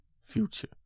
future